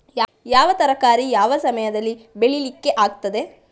ಯಾವ ತರಕಾರಿ ಯಾವ ಸಮಯದಲ್ಲಿ ಬೆಳಿಲಿಕ್ಕೆ ಆಗ್ತದೆ?